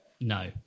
No